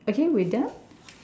okay we are done